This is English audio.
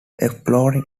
exploring